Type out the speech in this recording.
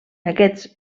aquests